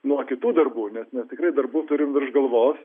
nuo kitų darbų nes mes tikrai darbų turim virš galvos